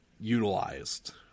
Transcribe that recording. utilized